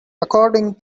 according